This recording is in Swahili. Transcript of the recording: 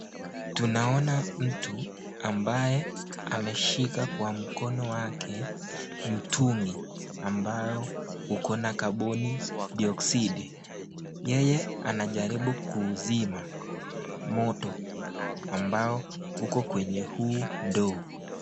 Tunaona mtu ambaye meshika kwa mkono wake mtungi ambao uko na kambuni geoksidi . Yeye anajaribu kusima moto ambao uko kwenye huu ndoo.